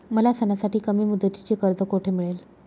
मला सणासाठी कमी मुदतीचे कर्ज कोठे मिळेल?